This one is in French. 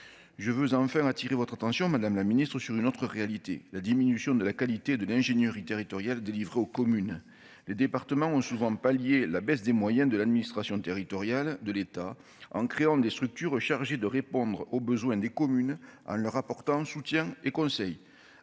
je veux enfin attirer votre attention madame la Ministre, sur une autre réalité : la diminution de la qualité de l'ingénieur il territoriale délivrés aux communes, les départements ont souvent pallié la baisse des moyens de l'administration territoriale de l'État en créant des structures chargées de répondre aux besoins des communes en leur apportant soutien et conseils